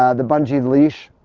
ah the bungee leash,